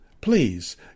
Please